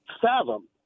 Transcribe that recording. fathom